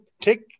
take